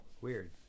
Weird